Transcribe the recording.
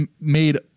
made